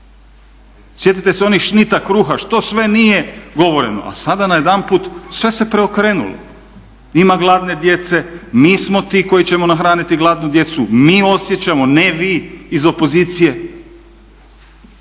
Sjetite se onih šnita kruha, što sve nije govoreno, a sada najedanput sve se preokrenulo. Ima gladne djece, mi smo ti koji ćemo nahraniti gladnu djecu, mi osjećamo ne vi iz opozicije.